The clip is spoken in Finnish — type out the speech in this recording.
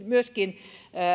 myöskin